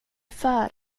för